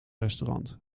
restaurant